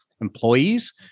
employees